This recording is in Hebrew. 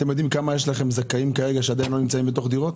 אתם יודעים כמה זכאים יש לכם שעדיין לא נמצאים בדירות?